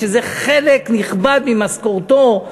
שזה חלק נכבד ממשכורתו,